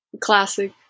classic